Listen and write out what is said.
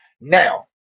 Now